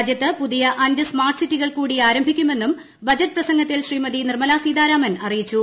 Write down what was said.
രാജ്യത്ത് പുതിയ അഞ്ച് സ്മാർട്ട് സിറ്റികൾ കൂടി ആരംഭിക്കുമെന്നും ബജറ്റ് പ്രസംഗത്തിൽ ശ്രീമതി നിർമലാ സീതാരാമൻ അറിയിച്ചു